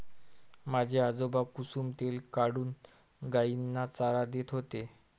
माझे आजोबा कुसुम तेल काढून गायींना चारा देत होते